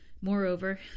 Moreover